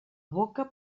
boca